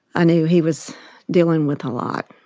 i knew he was dealing with a lot.